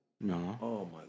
No